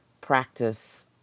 practice